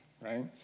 Right